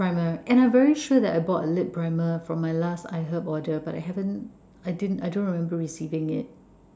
primer and I very sure that I bought a lip primer from my last I herb order but I haven't I didn't I don't remember receiving it